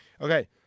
Okay